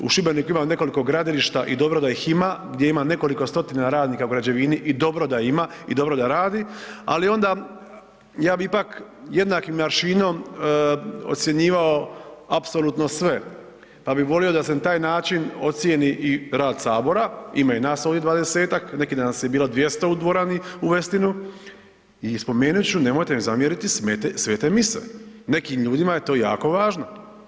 U Šibeniku ima nekoliko gradilišta i dobro da ih ima, gdje ima nekoliko 100-tina radnika u građevini i dobro da ima i dobro da radi, ali onda ja bi ipak jednakim …/nerazumljivo/… ocjenjivao apsolutno sve, pa bi volio da se na taj način ocijeni i rad sabora, ima i nas ovdje 20-tak, neki dan nas je bilo 200 u dvorani u Westinu i spomenut ću nemojte mi zamjeriti svete mise, nekim ljudima je to jako važno.